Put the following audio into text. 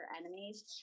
enemies